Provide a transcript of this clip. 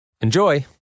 Enjoy